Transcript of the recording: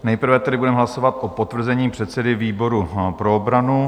Nejprve tedy budeme hlasovat o potvrzení předsedy výboru pro obranu.